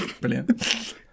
Brilliant